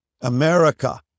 America